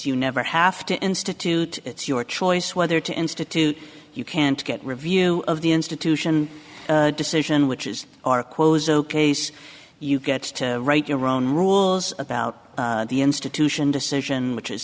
you never have to institute it's your choice whether to institute you can't get review of the institution decision which is our cuozzo case you get to write your own rules about the institution decision which is